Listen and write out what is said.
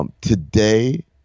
Today